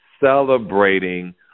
celebrating